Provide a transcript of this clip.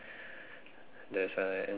there's a N_T_U_C